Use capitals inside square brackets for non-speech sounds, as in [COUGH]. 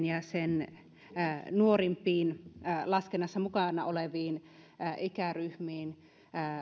[UNINTELLIGIBLE] ja sen nuorimpiin laskennassa mukana oleviin ikäryhmiin